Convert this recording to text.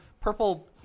Purple